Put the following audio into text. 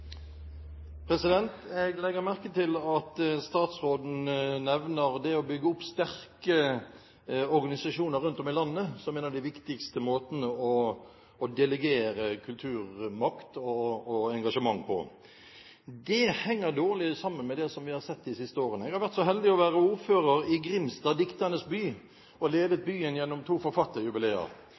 Jeg legger merke til at statsråden nevner det å bygge opp sterke organisasjoner rundt om i landet som en av de viktigste måtene å delegere kulturmakt og engasjement på. Det henger dårlig sammen med det vi har sett de siste årene. Jeg har vært så heldig å være ordfører i Grimstad, dikternes by, og ledet byen gjennom to